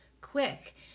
quick